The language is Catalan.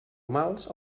mals